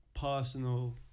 personal